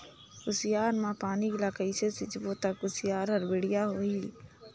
कुसियार मा पानी ला कइसे सिंचबो ता कुसियार हर बेडिया होही?